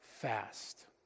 fast